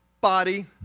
body